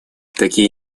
такие